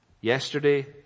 yesterday